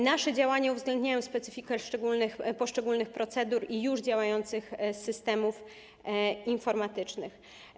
Nasze działania uwzględniają specyfikę poszczególnych procedur i już działających systemów informatycznych.